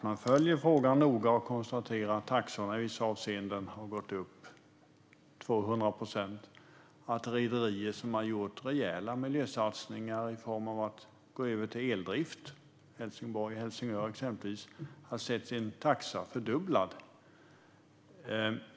Man följer frågan noga och konstaterar att taxorna i vissa avseenden har gått upp med 200 procent och att rederier som har gjort rejäla miljösatsningar i form av att gå över till eldrift, exempelvis Helsingborg-Helsingör, har sett sin taxa fördubblas.